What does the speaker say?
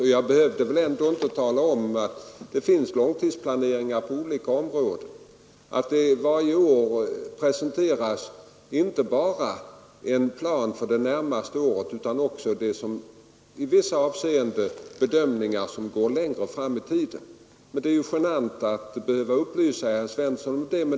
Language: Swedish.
Och jag behövde väl ändå inte tala om att det finns långtidsplaneringar på olika områden och att det varje år presenteras inte bara en plan för det närmaste året utan också i vissa avseenden bedömningar som går längre fram i tiden. Det är genant att behöva upplysa herr Svensson om det.